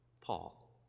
Paul